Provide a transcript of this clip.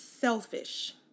selfish